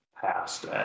passed